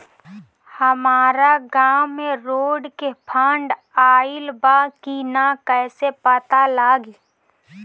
हमरा गांव मे रोड के फन्ड आइल बा कि ना कैसे पता लागि?